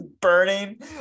burning